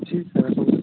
ଅଛି